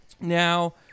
Now